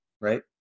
right